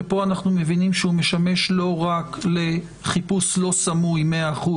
שפה אנחנו מבינים שהוא משמש לא רק לחיפוש לא סמוי מאה אחוז